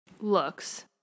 looks